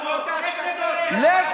אנחנו לא נחזור מהרפורמה, למרות ההסתות.